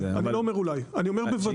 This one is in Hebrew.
לא אולי, אני לא אומר אולי, אני אומר בוודאות.